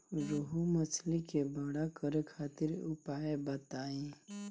रोहु मछली के बड़ा करे खातिर उपाय बताईं?